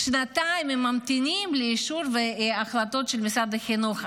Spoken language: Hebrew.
שנתיים הם ממתינים לאישור והחלטות של משרד החינוך.